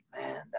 man